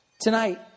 Tonight